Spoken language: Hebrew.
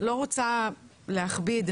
לא רוצה להכביד,